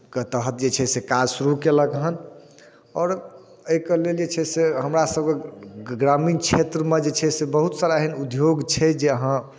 के तहत जे छै से काज शुरू केलक हन आओर एहिके लेल जे छै से हमरासभके ग्रामीण क्षेत्रमे जे छै से बहुत सारा एहन उद्योग छै जे अहाँ